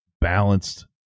balanced